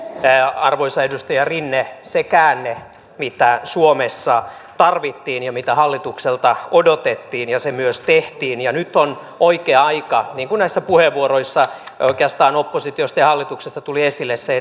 arvoisa edustaja rinne se käänne mitä suomessa tarvittiin ja mitä hallitukselta odotettiin ja se myös tehtiin nyt on oikea aika niin kuin näissä puheenvuoroissa oikeastaan oppositiosta ja hallituksesta tuli se